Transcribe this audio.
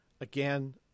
again